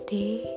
day